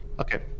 okay